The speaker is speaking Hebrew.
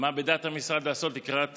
מה בדעת המשרד לעשות לקראת